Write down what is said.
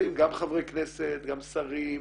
גם שרים,